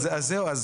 אני